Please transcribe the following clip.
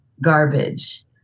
garbage